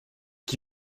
qui